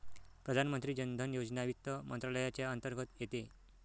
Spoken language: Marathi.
प्रधानमंत्री जन धन योजना वित्त मंत्रालयाच्या अंतर्गत येते